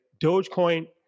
Dogecoin